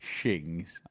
shings